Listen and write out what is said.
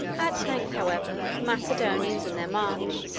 at length, however, the macedonians, in their march,